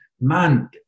man